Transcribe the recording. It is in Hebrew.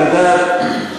את יודעת,